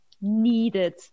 needed